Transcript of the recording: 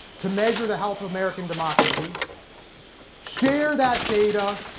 to measure the health of american democracy share that data